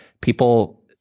People